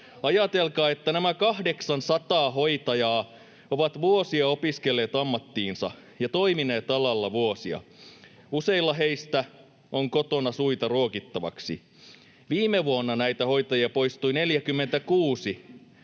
Ajatelkaa, että nämä 800 hoitajaa ovat vuosia opiskelleet ammattiinsa ja toimineet alalla vuosia. Useilla heistä on kotona suita ruokittavaksi. Viime vuonna näitä hoitajia poistui 46.